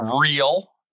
real